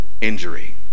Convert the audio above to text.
injury